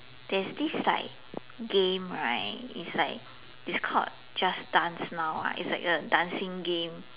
there's this like game right is like is called just dance now lah is like a dancing game